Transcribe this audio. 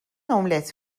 املت